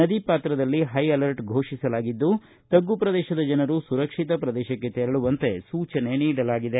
ನದಿ ಪಾತ್ರದಲ್ಲಿ ಹೈಅಲರ್ಟ್ ಘೋಷಿಸಲಾಗಿದ್ದು ತಗ್ಗು ಪ್ರದೇಶದ ಜನರು ಸುರಕ್ಷಿತ ಪ್ರದೇಶಕ್ಕೆ ತೆರಳುವಂತೆ ಸೂಚನೆ ನೀಡಲಾಗಿದೆ